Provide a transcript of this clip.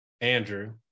andrew